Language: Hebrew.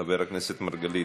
חבר הכנסת מרגלית,